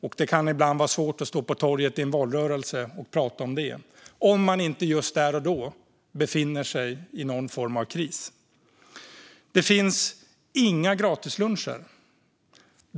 Och det kan ibland vara svårt att stå på torget i en valrörelse och prata om det, om man inte just där och då befinner sig i någon form av kris. Det finns inga gratisluncher.